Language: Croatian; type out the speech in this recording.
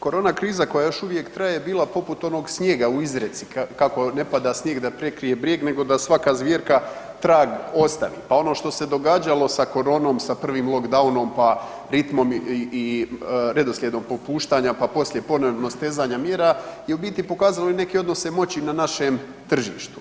Korona kriza koja još uvijek traje bila je poput onog snijega u izreci kako ne pada snijeg da prekrije brijeg nego da svaka zvjerka trag ostavi, pa ono što se događalo sa koronom sa prvim lockdownom, pa ritmom i redoslijedom popuštanja, pa poslije ponovno stezanja mjera je u biti pokazalo i neke odnose moći na našem tržištu.